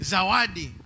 Zawadi